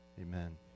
Amen